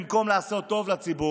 במקום לעשות טוב לציבור,